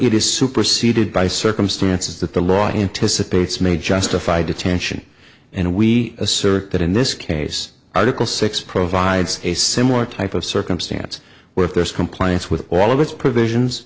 it is superceded by circumstances that the law anticipates may justify detention and we assert that in this case article six provides a similar type of circumstance where if there is compliance with all of its provisions